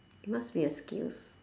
must be a skills